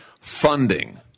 funding